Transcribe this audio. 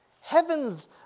Heaven's